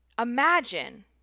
Imagine